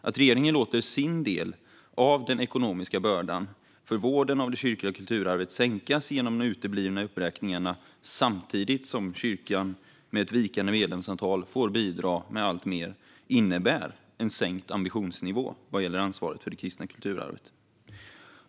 Att regeringen låter sin del av den ekonomiska bördan för vården av det kyrkliga kulturarvet sänkas genom de uteblivna uppräkningarna samtidigt som kyrkan med ett vikande medlemsantal får bidra med alltmer innebär en sänkt ambitionsnivå vad gäller ansvaret för det kristna kulturarvet.